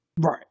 Right